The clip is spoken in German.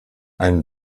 einen